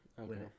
Okay